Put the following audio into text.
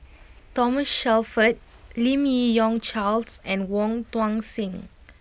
Thomas Shelford Lim Yi Yong Charles and Wong Tuang Seng